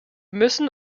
müssen